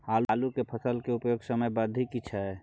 आलू के फसल के उपयुक्त समयावधि की छै?